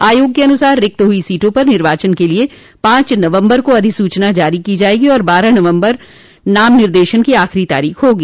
आयोग के अनुसार रिक्त हुई सीटों पर निर्वाचन के लिये पांच नवम्बर को अधिसूचना जारी की जायगी और बारह नवम्बर नाम निर्देशन की आखिरी तारीख होगी